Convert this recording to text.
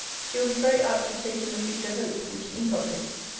she will be very apt to take in the future hope, which he inculcates,